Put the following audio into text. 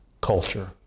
culture